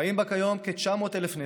חיים בה כיום כ-900,000 נפש,